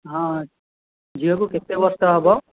ହଁ ଝିଅକୁ କେତେ ବର୍ଷ ହେବ